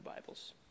Bibles